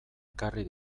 ekarri